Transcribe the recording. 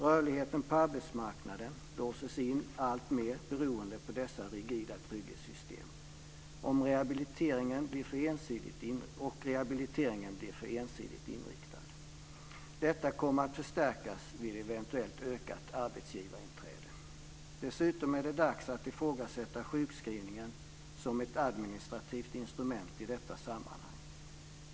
Rörligheten på arbetsmarknaden låses in alltmer, beroende på dessa rigida trygghetssystem, och rehabiliteringen blir för ensidigt inriktad. Detta kommer att förstärkas vid ett eventuellt ökat arbetsgivarinträde. Dessutom är det dags att ifrågasätta sjukskrivningen som ett administrativt instrument i detta sammanhang.